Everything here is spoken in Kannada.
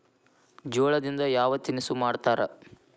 ಜೋಳದಿಂದ ಯಾವ ತಿನಸು ಮಾಡತಾರ?